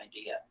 idea